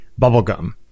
bubblegum